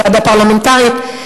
ועדה פרלמנטרית,